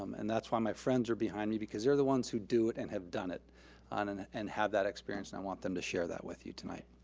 um and that's why my friends are behind me because they're the ones who do it and have done it and and have that experience, and i want them to share that with you tonight.